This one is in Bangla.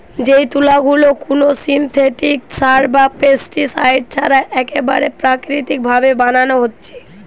যেই তুলা গুলা কুনো সিনথেটিক সার বা পেস্টিসাইড ছাড়া একেবারে প্রাকৃতিক ভাবে বানানা হচ্ছে